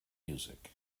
music